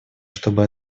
чтобы